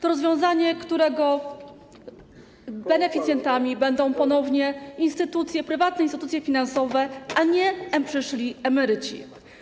To rozwiązanie, którego beneficjentami ponownie będą instytucje prywatne, instytucje finansowe, a nie przyszli emeryci.